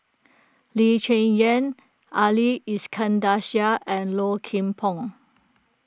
Lee Cheng Yan Ali Iskandar Shah and Low Kim Pong